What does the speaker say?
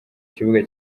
kibuga